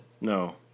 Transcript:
No